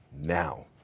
now